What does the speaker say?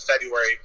February